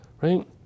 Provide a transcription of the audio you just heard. right